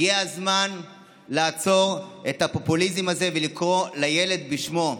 הגיע הזמן לעצור את הפופוליזם הזה ולקרוא לילד בשמו.